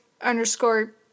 underscore